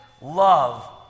love